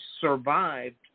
survived